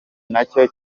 nacyo